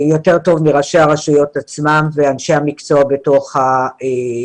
ראשי הרשויות עצמם ואנשי המקצוע ברשות.